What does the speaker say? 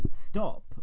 stop